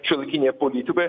šiuolaikinėje politikoje